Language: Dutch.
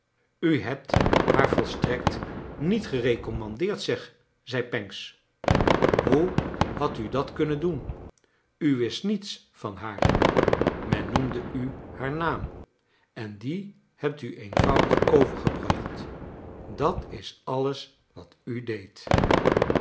u hebt haar volstrekt niet gerecommandeerd zeg zei pancks hoe hadt u dat kunnen doen u wist niets van haar men noemde u haar naam en dien hebt u eenvoudig overgebracht dat is alles wat u deedt